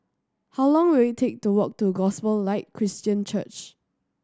how long will it take to walk to Gospel Light Christian Church